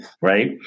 Right